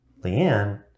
Leanne